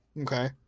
Okay